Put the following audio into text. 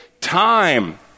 time